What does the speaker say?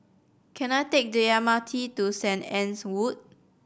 can I take the M R T to Saint Anne's Wood